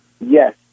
Yes